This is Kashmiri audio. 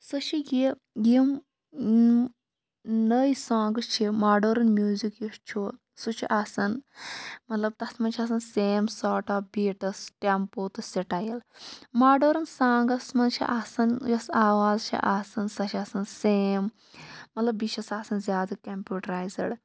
سُہ چھِ یہِ یِم نٔے سانگٕس چھِ ماڑٲرٕنۍ میوزِک یُس چھُ سُہ چھُ آسان مطلب تَتھ مَنٛز چھِ آسان same set of beats tempo تہٕ سِٹایل ماڑٲرٕنۍ سانگَس مَنٛز چھِ آسان یۄس آواز چھِ آسان سۄ چھِ آسان سیم مطلب بیٚیہِ چھےٚ سۄ آسان زیادٕ کَمپیوٹَرایزٕڑ